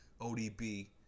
ODB